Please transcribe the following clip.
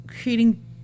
creating